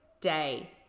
day